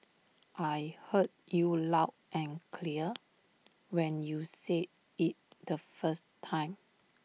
I heard you loud and clear when you said IT the first time